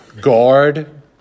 guard